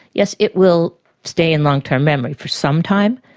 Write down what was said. yes, it will stay in long term memory for some time,